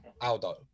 Aldo